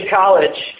college